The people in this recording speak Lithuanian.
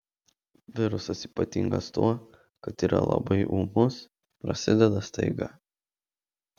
virusas ypatingas tuo kad yra labai ūmus prasideda staiga